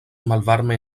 malvarme